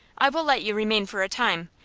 i will let you remain for a time,